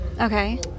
okay